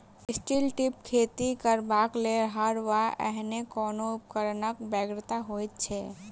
strip till खेती करबाक लेल हर वा एहने कोनो उपकरणक बेगरता होइत छै